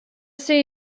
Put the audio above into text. see